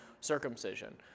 circumcision